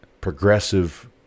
progressive